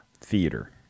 Theater